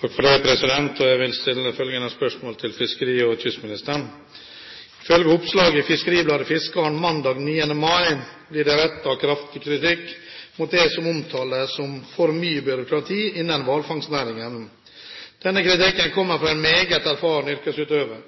kystministeren: «Ifølge oppslag i FiskeribladetFiskaren mandag 9. mai blir det rettet kraftig kritikk mot det som omtales som for mye byråkrati innen hvalfangstnæringen. Denne kritikken kommer nå fra en meget erfaren yrkesutøver.